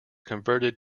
converted